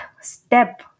step